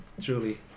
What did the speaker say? truly